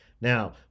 Now